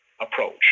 approach